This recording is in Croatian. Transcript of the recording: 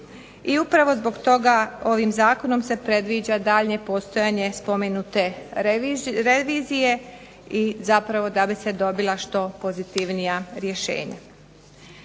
I upravo zbog toga ovim zakonom se predviđa daljnje postojanje spomenute revizije i zapravo da bi se dobila što pozitivnija rješenja.